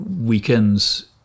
weekends